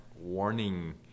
warning